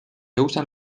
usa